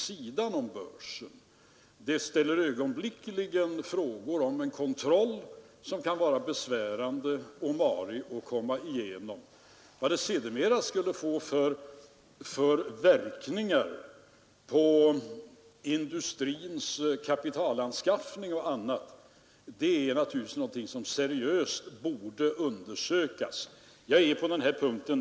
Sedan har herr Helén fel när han säger att det var först efter valet 1970 som regeringen var beredd att tala om att nu tarvades ingripanden. Det är en helt felaktig beskrivning av vad som hände.